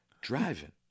driving